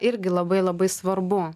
irgi labai labai svarbu